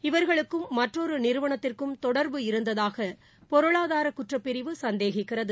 இவர்களுக்கும்மற்றொருநிறுவனத்திற்கும்தொடர்புஇரு ந்ததாகபொருளாதாரகுற்றப்பிரிவுசந்தேகிக்கிறது